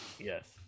Yes